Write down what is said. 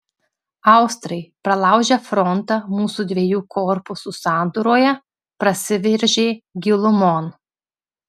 austrai pralaužę frontą mūsų dviejų korpusų sandūroje prasiveržė gilumon